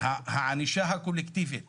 הענישה הקולקטיבית